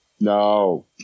No